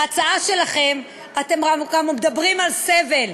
בהצעה שלכם אתם מדברים על סבל.